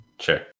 Sure